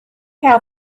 how